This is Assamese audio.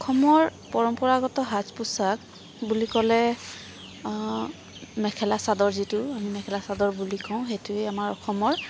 অসমৰ পৰম্পৰাগত সাজ পোচাক বুলি ক'লে মেখেলা চাদৰ যিটো আমি মেখেলা চাদৰ বুলি কওঁ সেইটোৱে আমাৰ অসমৰ